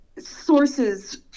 sources